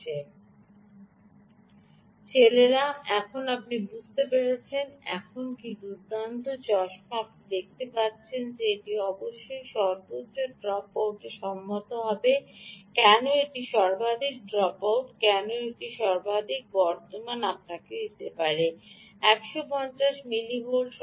ওহে ছেলেরা এখন আপনি বুঝতে পারছেন এটি কী দুর্দান্ত চশমা আপনি দেখতে পাবেন যে এটি অবশ্যই সর্বোচ্চ ড্রপআউটে সম্মত হতে হবে কেন এটি সর্বাধিক ড্রপআউট কেন এটি সর্বাধিক বর্তমান আপনাকে দিতে পারে 150 মিলিঅ্যাম্পিয়ার